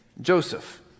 Joseph